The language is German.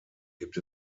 gibt